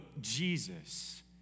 Jesus